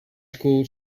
school